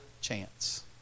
chance